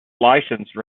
license